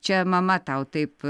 čia mama tau taip